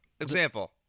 example